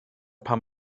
pam